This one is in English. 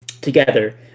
together